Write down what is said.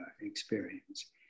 experience